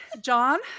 John